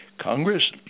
Congress